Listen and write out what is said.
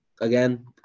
Again